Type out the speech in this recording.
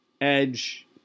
Edge –